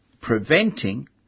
preventing